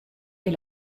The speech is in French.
est